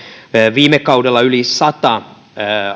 viime kaudella yli sata